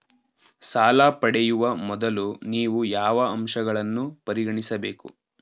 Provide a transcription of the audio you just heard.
ಸಾಲ ಪಡೆಯುವ ಮೊದಲು ನೀವು ಯಾವ ಅಂಶಗಳನ್ನು ಪರಿಗಣಿಸಬೇಕು?